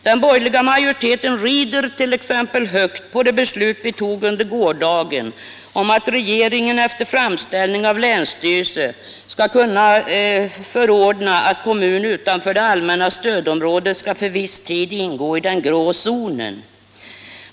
Den borgerliga majoriteten rider t.ex. högt på det beslut vi tog under gårdagen om att regeringen efter framställning av länsstyrelse skall kunna förordna att kommun utanför det allmänna stödområdet skall för viss tid ingå i den grå zonen.